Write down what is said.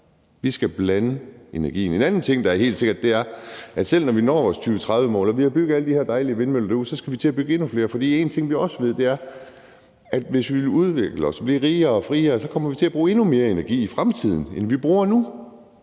Vi skal blande energien. En anden ting, der er helt sikker, er, at selv når vi når vores 2030-mål og der er blevet bygget alle de her dejlige vindmøller derude, skal vi til at bygge endnu flere, for en ting, vi også ved, er, at hvis vi vil udvikle os og blive rigere og friere, kommer vi til at bruge endnu mere energi i fremtiden, end vi bruger nu.